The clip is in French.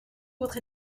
votre